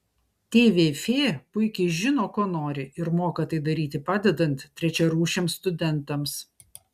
tvf puikiai žino ko nori ir moka tai daryti padedant trečiarūšiams studentams